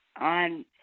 on